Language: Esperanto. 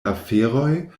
aferoj